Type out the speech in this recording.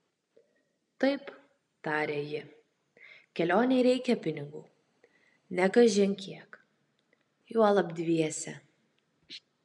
taip tarė ji kelionei reikia pinigų ne kažin kiek juolab dviese